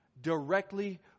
Directly